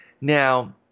Now